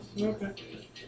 Okay